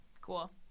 Cool